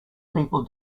people